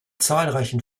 zahlreichen